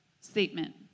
statement